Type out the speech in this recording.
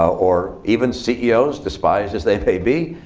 or even ceos, despised as they may be,